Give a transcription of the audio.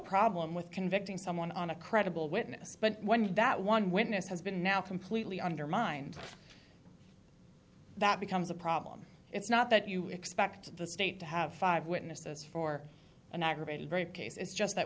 problem with convicting someone on a credible witness but when that one witness has been now completely undermined that becomes a problem it's not that you expect the state to have five witnesses for an aggravated rape case it's just that